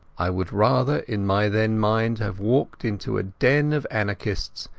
i would rather in my then mind have walked into a den of anarchists,